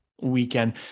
weekend